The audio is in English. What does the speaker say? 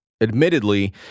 Admittedly